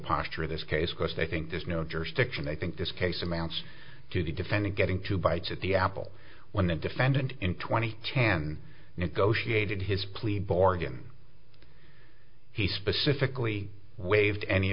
posture of this case because they think there's no jurisdiction they think this case amounts to the defendant getting two bites at the apple when the defendant in twenty chan negotiated his plea bargain he specifically waived any